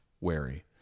wary